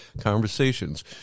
conversations